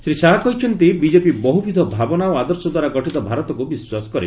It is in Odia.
ଶ୍ରୀ ଶାହା କହିଛନ୍ତି ବିକେପି ବହୁବିଧ ଭାବନା ଓ ଆଦର୍ଶଦ୍ୱାରା ଗଠିତ ଭାରତକୁ ବିଶ୍ୱାସ କରେ